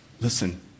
listen